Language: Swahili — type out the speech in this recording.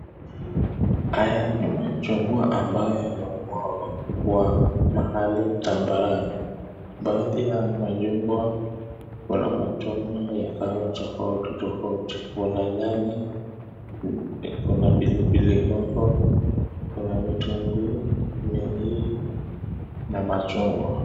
Haya ni machungwa ambayo yamemwagwa kwa mahali tambarare baadhi ya machungwa kuna machungwa ya aina tofauti tofauti, kuna nyanya, kuna pilipili hoho, kuna vitunguu mengi na machungwa.